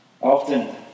Often